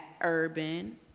urban